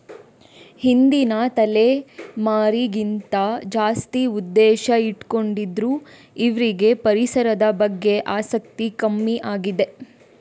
ಹಿಂದಿನ ತಲೆಮಾರಿಗಿಂತ ಜಾಸ್ತಿ ಉದ್ದೇಶ ಇಟ್ಕೊಂಡಿದ್ರು ಇವ್ರಿಗೆ ಪರಿಸರದ ಬಗ್ಗೆ ಆಸಕ್ತಿ ಕಮ್ಮಿ ಆಗಿದೆ